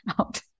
out